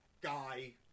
guy